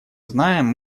знаем